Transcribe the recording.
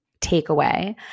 takeaway